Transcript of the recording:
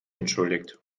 entschuldigt